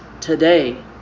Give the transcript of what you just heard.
today